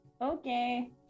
Okay